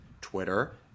Twitter